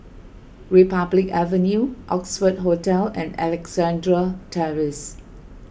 Republic Avenue Oxford Hotel and Alexandra Terrace